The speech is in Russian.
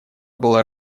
была